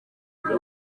uri